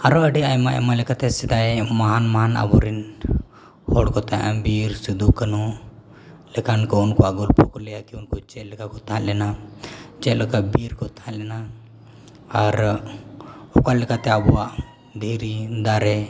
ᱟᱨᱦᱚᱸ ᱟᱹᱰᱤ ᱟᱭᱢᱟᱼᱟᱭᱢᱟ ᱞᱮᱠᱟᱛᱮ ᱥᱮᱫᱟᱭ ᱢᱚᱦᱟᱱᱼᱢᱚᱦᱟᱱ ᱟᱵᱚᱨᱤᱱ ᱦᱚᱲᱠᱚ ᱛᱟᱦᱮᱸᱞᱮᱱᱟ ᱵᱤᱨ ᱥᱤᱫᱩ ᱠᱟᱱᱩ ᱞᱮᱠᱟᱱ ᱠᱚ ᱩᱱᱠᱩᱣᱟᱜ ᱜᱚᱞᱯᱚ ᱠᱚ ᱞᱟᱹᱭᱟ ᱠᱤ ᱩᱱᱠᱩ ᱪᱮᱫ ᱞᱮᱠᱟ ᱠᱚ ᱛᱟᱦᱮᱸᱞᱮᱱᱟ ᱪᱮᱫᱞᱮᱠᱟ ᱵᱤᱨᱠᱚ ᱛᱟᱦᱮᱸᱞᱮᱱᱟ ᱟᱨ ᱚᱠᱟ ᱞᱮᱠᱟᱛᱮ ᱟᱵᱚᱣᱟᱜ ᱫᱷᱤᱨᱤ ᱫᱟᱨᱮ